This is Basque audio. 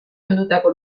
ondutako